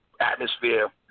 atmosphere